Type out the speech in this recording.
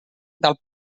del